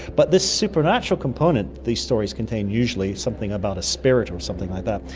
but this supernatural component these stories contain usually, something about a spirit or something like that,